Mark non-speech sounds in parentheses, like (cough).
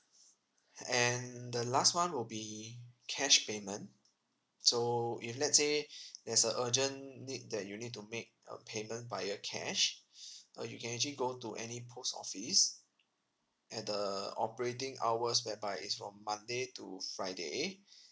(breath) and the last one will be cash payment so if let's say (breath) there's a urgent need that you need to make a payment via cash (breath) uh you can actually go to any post office at the operating hours whereby it's from monday to friday (breath)